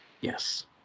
yes